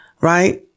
Right